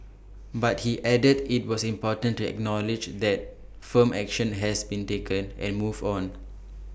but he added IT was important to acknowledge that firm action has been taken and move on